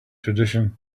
tradition